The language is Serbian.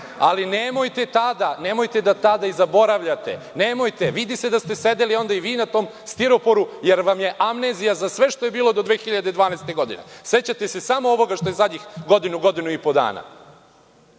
Ali, nemojte da tada i zaboravljate, nemojte, vidi se da ste sedeli i onda i vi na tom stiroporu jer vam je amnezija za sve što je bilo do 2012. godine. Sećate se samo ovoga što je zadnjih godinu, godinu i po dana.